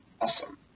awesome